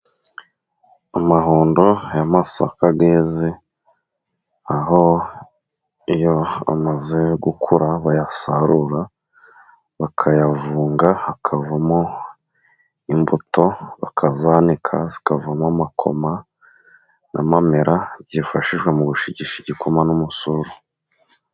Amahundo y'amasaka yeze, aho iyo amaze gukura bayasarura, bakayavunga hakavamo imbuto bakazanika, zikavama amakoma n'amamera byifashishwa mu gushigisha igikoma n'umusuru.